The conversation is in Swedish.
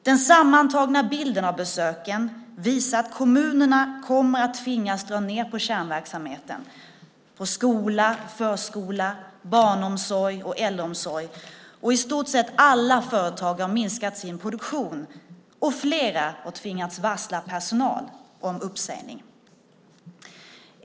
Den sammantagna bilden av besöken visar att kommunerna kommer att tvingas dra ned på kärnverksamheten: skola, förskola, barnomsorg och äldreomsorg. I stort sett alla företag har minskat sin produktion, och flera har tvingats varsla personal om uppsägning.